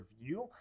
review